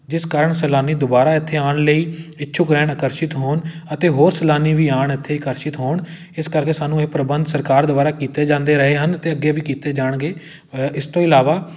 ਜਿਸ ਕਾਰਨ ਸੈਲਾਨੀ ਦੁਬਾਰਾ ਇੱਥੇ ਆਉਣ ਲਈ ਇਛੁੱਕ ਰਹਿਣ ਆਕਰਸ਼ਿਤ ਹੋਣ ਅਤੇ ਹੋਰ ਸੈਲਾਨੀ ਵੀ ਆਉਣ ਇੱਥੇ ਆਕਰਸ਼ਿਤ ਹੋਣ ਇਸ ਕਰਕੇ ਸਾਨੂੰ ਇਹ ਪ੍ਰਬੰਧ ਸਰਕਾਰ ਦੁਆਰਾ ਕੀਤੇ ਜਾਂਦੇ ਰਹੇ ਹਨ ਅਤੇ ਅੱਗੇ ਵੀ ਕੀਤੇ ਜਾਣਗੇ ਇਸ ਤੋਂ ਇਲਾਵਾ